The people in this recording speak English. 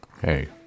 hey